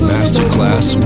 Masterclass